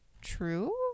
true